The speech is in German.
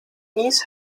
dies